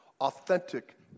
authentic